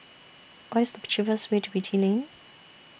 What IS The cheapest Way to Beatty Lane